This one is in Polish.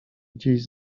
gdzieś